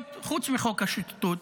חוץ מחוץ השוטטות,